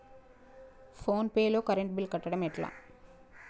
Phone pay లో current bill కట్టడం ఎట్లా?